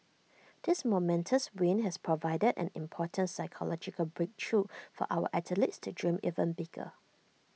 this momentous win has provided an important psychological breakthrough for our athletes to dream even bigger